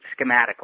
schematically